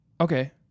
okay